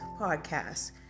podcast